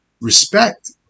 Respect